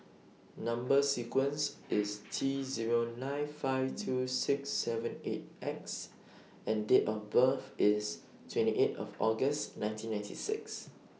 Number sequence IS T Zero nine five two six seven eight X and Date of birth IS twenty eight of August nineteen ninety six